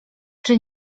czy